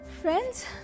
Friends